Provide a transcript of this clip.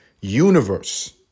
universe